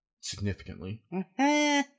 Significantly